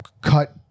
Cut